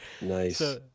Nice